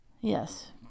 Yes